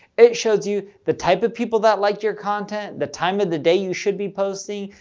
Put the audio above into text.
it shows you the type of people that liked your content, the time of the day you should be posting,